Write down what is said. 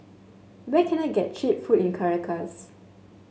where can I get cheap food in Caracas